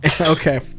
okay